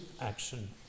action